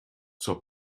zur